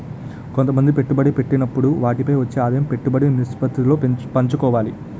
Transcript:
కొంతమంది పెట్టుబడి పెట్టినప్పుడు వాటిపై వచ్చే ఆదాయం పెట్టుబడి నిష్పత్తిలో పంచుకోవాలి